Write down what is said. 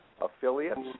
affiliates